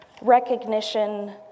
recognition